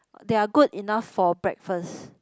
they are good enough for breakfast